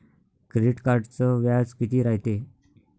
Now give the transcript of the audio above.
Credit कार्डचं व्याज कितीक रायते?